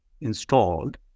installed